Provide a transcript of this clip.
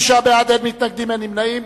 39 בעד, אין מתנגדים, אין נמנעים.